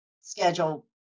schedule